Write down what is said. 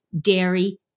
dairy